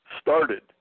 started